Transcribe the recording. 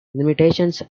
limitations